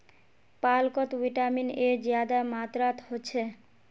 पालकोत vitamin A ज्यादा मात्रात होछे